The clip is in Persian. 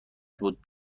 بود